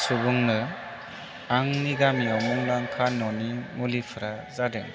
सुबुंनो आंनि गामियाव मुंदांखा न'नि मुलिफोरा जादों